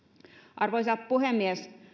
arvoisa puhemies